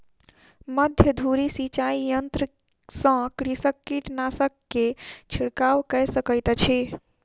मध्य धूरी सिचाई यंत्र सॅ कृषक कीटनाशक के छिड़काव कय सकैत अछि